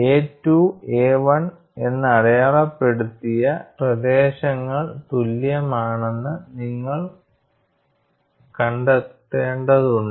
A 2 A 1 എന്ന് അടയാളപ്പെടുത്തിയ പ്രദേശങ്ങൾ തുല്യമാണെന്ന് നിങ്ങൾ കണ്ടെത്തേണ്ടതുണ്ട്